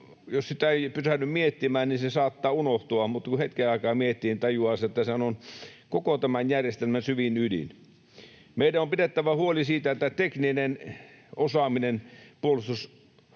jos sitä ei pysähdy miettimään, saattaa unohtua, mutta kun hetken aikaa miettii, niin tajuaa sen, että sehän on koko tämän järjestelmän syvin ydin. Meidän on pidettävä huoli siitä, että tekninen osaaminen eri